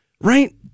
Right